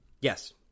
Yes